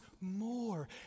more